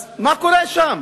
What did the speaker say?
אז מה קורה שם?